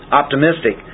optimistic